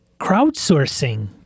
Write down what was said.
crowdsourcing